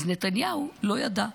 אז נתניהו לא ידע,